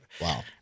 Wow